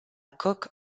coque